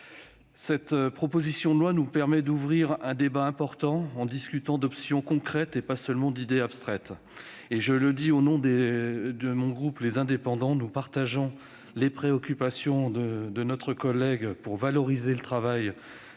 Cette proposition de loi permet d'ouvrir un débat important, en discutant d'options concrètes et pas seulement d'idées abstraites. Je le dis au nom du groupe Les Indépendants - République et Territoires : nous partageons les préoccupations de notre collègue pour valoriser le travail